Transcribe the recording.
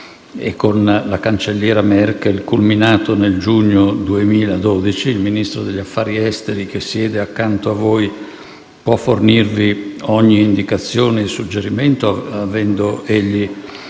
e con la cancelliera Merkel, culminato nel giugno 2012 - il Ministro degli affari esteri che siede accanto a voi può fornirvi ogni indicazione e suggerimento, avendo egli